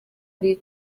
ari